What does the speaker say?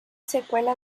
secuela